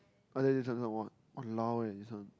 ah there is one this one !walao! eh this one